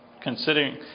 Considering